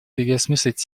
переосмыслить